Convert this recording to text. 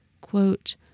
Quote